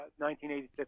1986